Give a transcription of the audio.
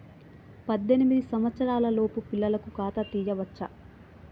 పద్దెనిమిది సంవత్సరాలలోపు పిల్లలకు ఖాతా తీయచ్చా?